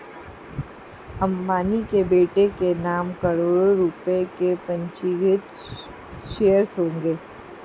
अंबानी के बेटे के नाम करोड़ों रुपए के पंजीकृत शेयर्स होंगे